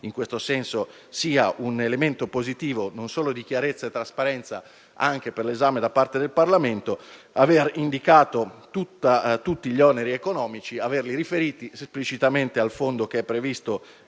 allora che sia un elemento positivo, non solo di chiarezza e trasparenza per l'esame da parte del Parlamento, aver indicati tutti gli oneri economici e averli riferiti esplicitamente al Fondo previsto